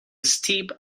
steep